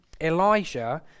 Elijah